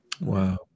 wow